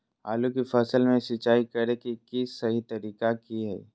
आलू की फसल में सिंचाई करें कि सही तरीका की हय?